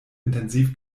intensiv